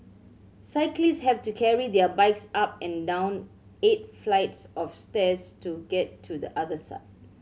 cyclist have to carry their bikes up and down eight flights of stairs to get to the other side